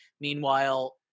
Meanwhile